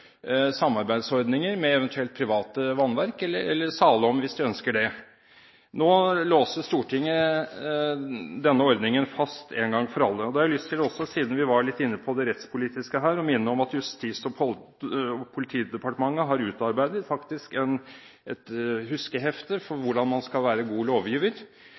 samarbeidsordninger med eventuelt private vannverk, eller sale om, hvis de ønsker det. Nå låser Stortinget denne ordningen fast en gang for alle. Siden vi var litt inne på det rettspolitiske her, har jeg lyst til å minne om at Justis- og politidepartementet har utarbeidet et «huskehefte» for hvordan man skal være en god lovgiver.